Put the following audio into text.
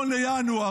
1 בינואר,